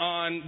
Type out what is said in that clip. on